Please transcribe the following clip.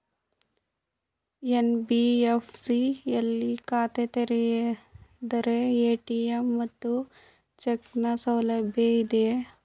NBFC ಯಲ್ಲಿ ಖಾತೆ ತೆರೆದರೆ ಎ.ಟಿ.ಎಂ ಮತ್ತು ಚೆಕ್ ನ ಸೌಲಭ್ಯ ಇದೆಯಾ?